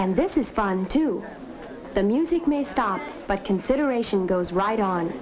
and this is fun too the music may stop but consideration goes right on